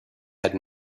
had